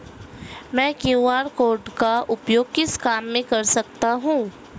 मैं QR code का उपयोग किस काम में कर सकता हूं?